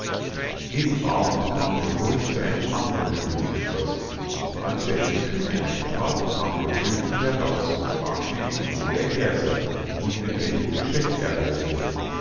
gegen abend kam der bursch zu einem andern königsschloß als er in die küche eintrat kam der könig heraus und fragte ihn wo er her sei und in welchem geschäft er reise